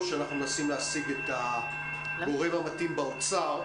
אנחנו מנסים להשיג את הגורם המתאים באוצר.